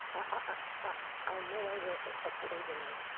ah i am no longer opposing it.